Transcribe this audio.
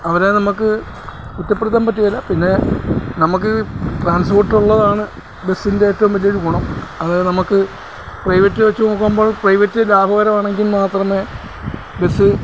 അവരെ നമുക്ക് കുറ്റപ്പെടുത്താൻ പറ്റുകേല പിന്നെ നമുക്ക് ട്രാൻസ്പോർട്ട് ഉള്ളതാണ് ബസ്സിൻ്റെ ഏറ്റവും വലിയ ഒരു ഗുണം അതായത് നമുക്ക് പ്രൈവറ്റ് വെച്ച് നോക്കുമ്പോൾ പ്രൈവറ്റ് ലാഭകരമാണെങ്കിൽ മാത്രമേ ബസ്സ്